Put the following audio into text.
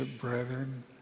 brethren